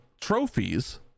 trophies